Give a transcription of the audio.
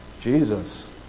Jesus